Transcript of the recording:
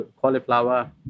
cauliflower